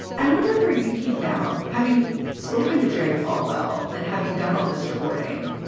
i wondered where you came down, having spoken to jerry falwell and having done all this reporting,